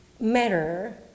matter